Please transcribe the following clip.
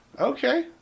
okay